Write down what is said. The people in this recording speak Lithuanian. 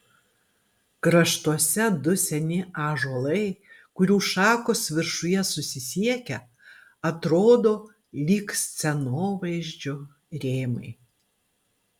kraštuose du seni ąžuolai kurių šakos viršuje susisiekia atrodo lyg scenovaizdžio rėmai